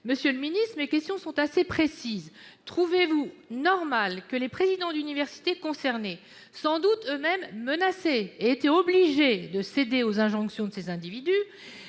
Monsieur le ministre, mes questions sont assez précises : trouvez-vous normal que les présidents d'université concernés, sans doute eux-mêmes menacés, aient été obligés de céder aux injonctions de ces individus